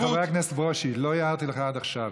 חבר הכנסת ברושי, לא הערת לך עד עכשיו.